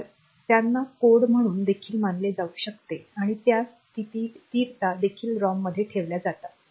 तर त्यांना कोड म्हणून देखील मानले जाऊ शकते आणि त्या स्थिरता देखील रॉममध्ये ठेवल्या जातात